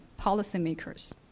policymakers